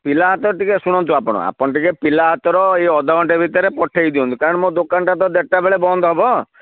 ପିଲା ହାତର ଟିକିଏ ଶୁଣନ୍ତୁ ଆପଣ ଆପଣ ଟିକିଏ ପିଲା ହାତର ଏଇ ଅଧଘଣ୍ଟା ଭିତରେ ପଠେଇଦିଅନ୍ତୁ କାରଣ ମୋ ଦୋକାନଟା ତ ଦେଢ଼ଟା ବେଳେ ବନ୍ଦ ହେବ